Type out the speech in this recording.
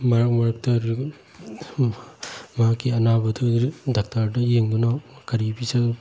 ꯃꯔꯛ ꯃꯔꯛꯇ ꯃꯍꯥꯛꯀꯤ ꯑꯅꯥꯕꯗꯨ ꯗꯥꯛꯇ꯭ꯔꯗ ꯌꯦꯡꯗꯨꯅ ꯀꯔꯤ ꯄꯤꯖ